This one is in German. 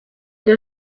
der